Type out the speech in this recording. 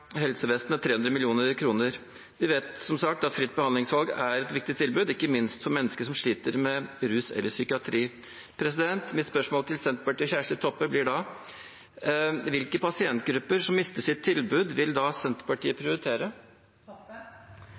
helsevesenet 300 mill. kr. Vi vet som sagt at fritt behandlingsvalg er et viktig tilbud, ikke minst for mennesker som sliter med rus eller psykisk sykdom. Mitt spørsmål til Senterpartiet og Kjersti Toppe blir da: Hvilke pasientgrupper som mister sitt tilbud, vil Senterpartiet prioritere?